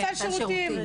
סל שירותים.